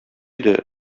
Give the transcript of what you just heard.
иде